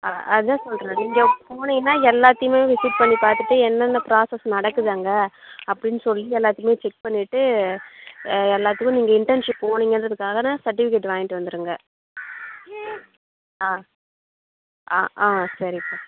அதான் சொல்லுறேன் நீங்கள் போனிங்கன்னா எல்லாத்தையுமே விசிட் பண்ணி பார்த்துட்டு என்னன்ன ப்ராஸஸ் நடக்குது அங்கே அப்படின்னு சொல்லி எல்லாத்தையுமே செக் பண்ணிவிட்டு எல்லாத்துக்கும் நீங்கள் இன்டெர்ன்ஷிப் போனிங்கன்றதுக்காக சர்ட்டிஃபிகேட் வாங்கிகிட்டு வந்துருங்க ஆ ஆ சரி பா